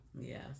Yes